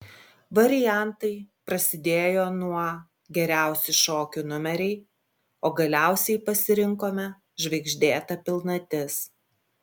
variantai prasidėjo nuo geriausi šokių numeriai o galiausiai pasirinkome žvaigždėta pilnatis